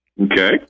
Okay